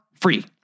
free